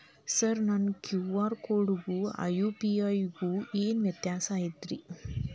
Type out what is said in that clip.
Sir ನನ್ನ QR ಕೊಡಿಗೂ ಆ ಯು.ಪಿ.ಐ ಗೂ ಏನ್ ವ್ಯತ್ಯಾಸ ಐತ್ರಿ?